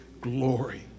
glory